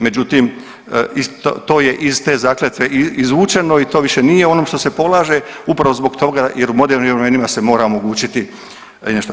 Međutim, i to je iz te zakletve i izvučeno i to više nije onom što se polaže upravo zbog toga jer u modernim vremenima se mora omogućiti i nešto.